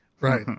right